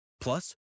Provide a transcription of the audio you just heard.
Plus